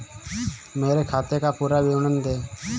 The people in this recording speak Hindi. मेरे खाते का पुरा विवरण दे?